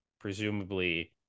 presumably